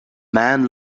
man